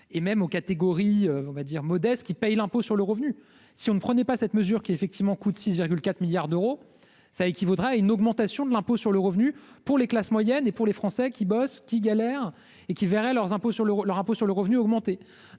et même aux catégories vont dire modeste qui payent l'impôt sur le revenu, si on ne prenait pas cette mesure, qui effectivement coûte de 6,4 milliards d'euros, ça équivaudrait à une augmentation de l'impôt sur le revenu pour les classes moyennes et pour les Français qui bossent, qui galère et qui verraient leurs impôts sur leur leur impôt